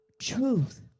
Truth